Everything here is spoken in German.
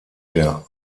der